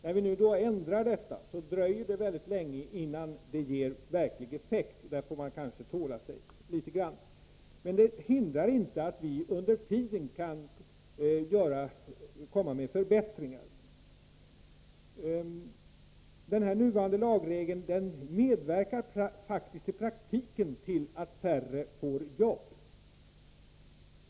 När vi nu gör en ändring dröjer det länge innan det blir verklig effekt — där får man kanske tåla sig litet grand. Men detta hindrar inte att vi under tiden kan komma med förbättringar. Den nuvarande lagregeln medverkar faktiskt i praktiken till att färre får jobb.